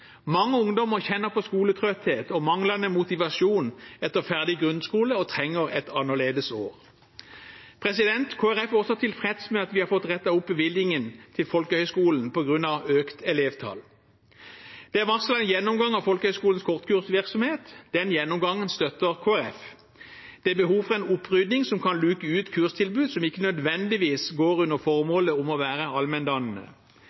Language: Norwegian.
Mange ungdommer kjenner på skoletrøtthet og manglende motivasjon etter ferdig grunnskole og trenger et annerledes år. Kristelig Folkeparti er også tilfreds med at vi har fått rettet opp bevilgningen til folkehøyskolene på grunn av økt elevtall. Det er varslet en gjennomgang av folkehøyskolenes kortkursvirksomhet. Den gjennomgangen støtter Kristelig Folkeparti. Det er behov for en opprydding som kan luke ut kurstilbud som ikke nødvendigvis går under